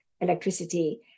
electricity